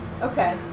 Okay